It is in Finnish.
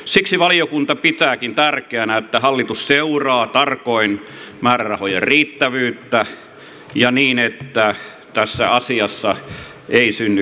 siksi valiokunta pitääkin tärkeänä että hallitus seuraa tarkoin määrärahojen riittävyyttä niin että tässä asiassa ei synny kohtuuttomuuksia